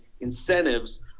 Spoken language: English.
incentives